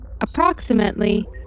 Approximately